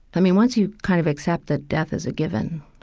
i mean, once you kind of accept that death is a given,